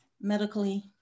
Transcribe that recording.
medically